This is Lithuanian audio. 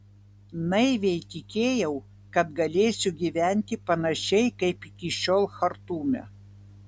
naiviai tikėjau kad galėsiu gyventi panašiai kaip iki šiol chartume